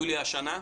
יולי השנה?